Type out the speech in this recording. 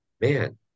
man